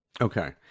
Okay